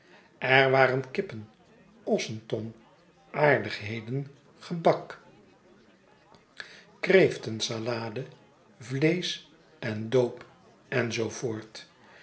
er waren kippen ossentong aardigheden gebak kreeftensalade vleesch en daube en zoo voort